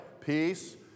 peace